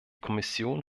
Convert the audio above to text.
kommission